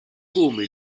come